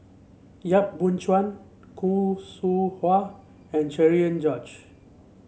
Yap Boon Chuan Khoo Seow Hwa and Cherian George